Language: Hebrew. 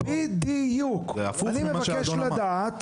בדיוק, אני מבקש לדעת